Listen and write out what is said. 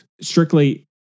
strictly